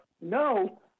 no